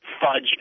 fudge